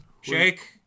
Shake